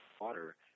water